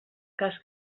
cas